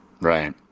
Right